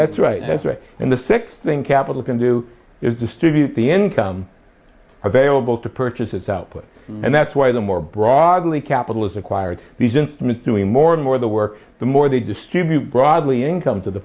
that's right that's right and the sixth thing capital can do is distribute the income available to purchase its output and that's why the more broadly capital is acquired these instruments doing more and more the work the more they distribute broadly incomes of the